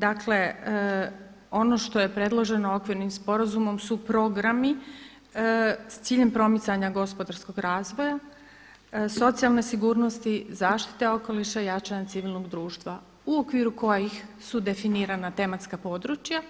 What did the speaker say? Dakle, ono što je predloženo okvirnim sporazumom su programi s ciljem promicanja gospodarskog razvoja, socijalne sigurnosti, zaštite okoliša i jačanje civilnog društva u okviru kojih su definirana tematska područja